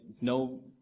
no